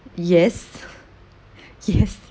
yes yes